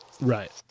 Right